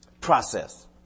process